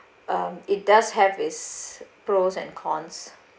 um it does have its pros and cons